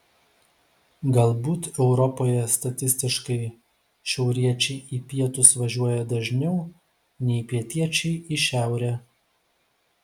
galbūt europoje statistiškai šiauriečiai į pietus važiuoja dažniau nei pietiečiai į šiaurę